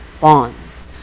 bonds